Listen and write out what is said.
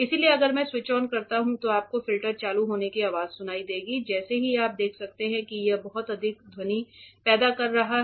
इसलिए अगर मैं स्विच ऑन करता हूं तो आपको फिल्टर चालू होने की आवाज सुनाई देगी जैसा कि आप देख सकते हैं कि यह बहुत अधिक ध्वनि पैदा कर रहा है